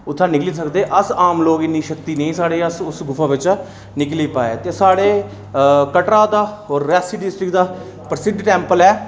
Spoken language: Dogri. उत्थुआं निकली सकदे अस आम लोक इन्नी शक्ति नेईं साढ़े अस उस गुफा बिचा निकली पाए ते साढ़े कटरा दा और रियासी डिस्टिक दा प्रसिद्ध टैंपल